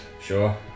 Sure